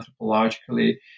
anthropologically